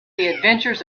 adventures